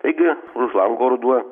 taigi už lango ruduo